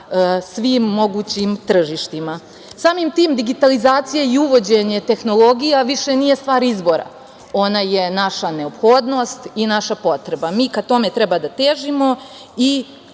svim mogućim tržištima. Samim tim digitalizacija i uvođenje tehnologija više nije stvar izbora. Ona je naša neophodnost i naša potreba. Mi ka tome treba da težimo i